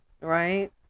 right